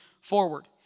forward